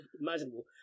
imaginable